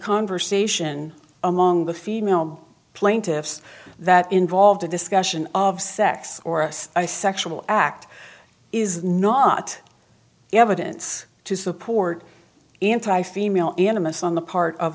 conversation among the female plaintiffs that involved a discussion of sex or us i sexual act is not evidence to support anti female animists on the part of